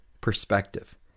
perspective